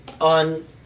on